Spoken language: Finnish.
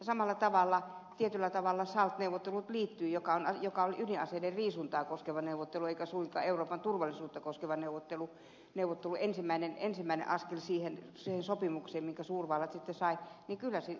samalla tavalla tietyllä tapaa salt neuvottelu joka oli ydinaseiden riisuntaa koskeva neuvottelu eikä suinkaan euroopan turvallisuutta koskeva neuvottelu ensimmäinen askel siihen sopimukseen minkä suurvallat sitten sai itä länsi